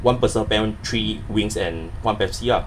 one personal pan three wings and one Pepsi ah